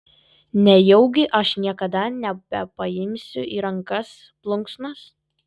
nejaugi aš niekada nebepaimsiu į rankas plunksnos